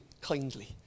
kindly